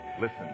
Listen